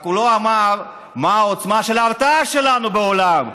רק שהוא לא אמר מה העוצמה של ההרתעה שלנו בעולם,